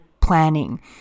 planning